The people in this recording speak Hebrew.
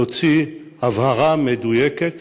תוציא הבהרה מדויקת